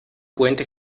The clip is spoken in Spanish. puente